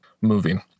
moving